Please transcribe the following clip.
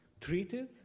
treated